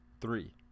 Three